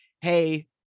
Hey